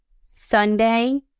Sunday